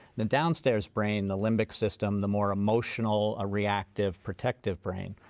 then downstairs brain, the limbic system, the more emotional, ah reactive, protective brain.